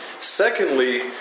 Secondly